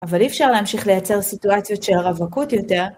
אבל אי אפשר להמשיך לייצר סיטואציות של רווקות יותר.